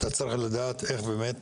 אתה צריך לדעת את